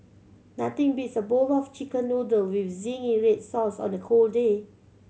nothing beats a bowl of Chicken Noodle with zingy red sauce on a cold day